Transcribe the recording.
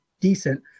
decent